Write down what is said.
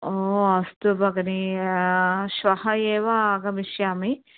ओ अस्तु भगिनि श्वः एव आगमिष्यामि